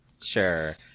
sure